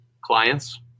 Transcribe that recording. clients